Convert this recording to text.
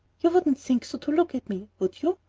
you wouldn't think so to look at me, would you?